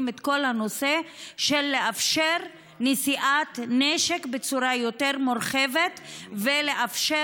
את כל הנושא של לאפשר נשיאת נשק בצורה יותר מורחבת ולאפשר